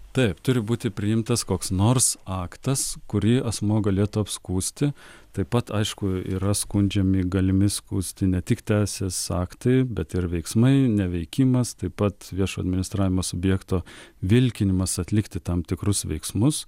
taip turi būti priimtas koks nors aktas kurį asmuo galėtų apskųsti taip pat aišku yra skundžiami galimi skųsti ne tik teisės aktai bet ir veiksmai neveikimas taip pat viešo administravimo subjekto vilkinimas atlikti tam tikrus veiksmus